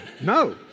no